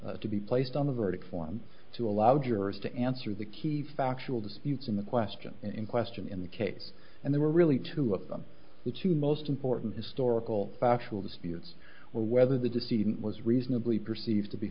tories to be placed on the verdict forms to allow jurors to answer the key factual disputes in the questions in question in the case and they were really two of them the two most important historical factual disputes or whether the deceit was reasonably perceived